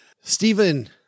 Stephen